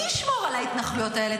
מי ישמור על ההתנחלויות האלה?